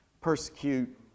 persecute